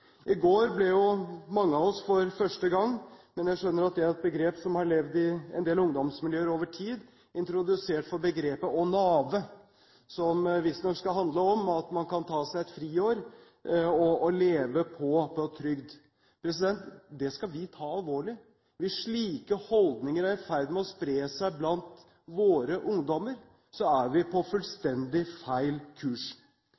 I går ble mange av oss for første gang, men jeg skjønner at det er et begrep som har levd i en del ungdomsmiljøer over tid, introdusert for begrepet å «nave», som visstnok skal handle om at man kan ta seg et friår og leve på trygd. Det skal vi ta alvorlig. Hvis slike holdninger er i ferd med å spre seg blant våre ungdommer, er vi på